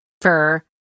fur